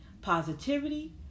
positivity